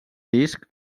disc